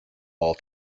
all